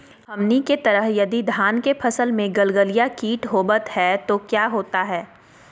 हमनी के तरह यदि धान के फसल में गलगलिया किट होबत है तो क्या होता ह?